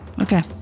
Okay